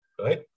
right